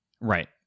Right